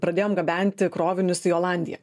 pradėjom gabenti krovinius į olandiją